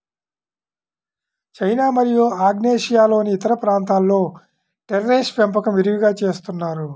China మరియు ఆగ్నేయాసియాలోని ఇతర ప్రాంతాలలో టెర్రేస్ పెంపకం విరివిగా చేస్తున్నారు